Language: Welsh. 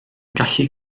gallu